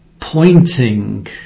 pointing